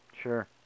Sure